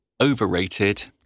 overrated